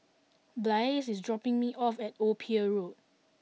Blaise is dropping me off at Old Pier Road